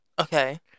Okay